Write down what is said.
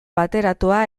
bateratua